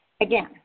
Again